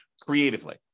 creatively